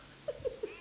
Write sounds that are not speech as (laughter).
(laughs)